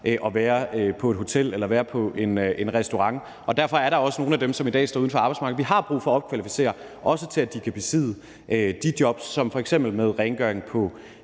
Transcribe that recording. at være på et hotel eller være på en restaurant. Derfor er der også nogle af dem, som i dag står uden for arbejdsmarkedet, som vi har brug for at opkvalificere, også til, at de kan bestride de jobs som f.eks. er med rengøring på